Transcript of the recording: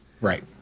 Right